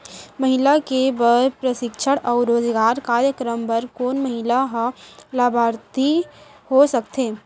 महिला के बर प्रशिक्षण अऊ रोजगार कार्यक्रम बर कोन महिला ह लाभार्थी हो सकथे?